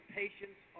patients